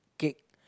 cake